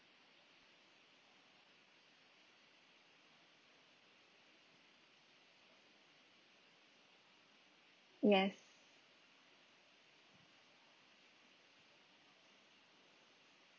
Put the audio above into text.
yes